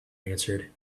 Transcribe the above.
answered